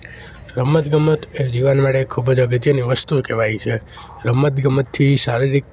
રમત ગમત એ જીવન માટે ખૂબ જ અગત્યની વસ્તુ કહેવાય છે રમત ગમતથી શારીરિક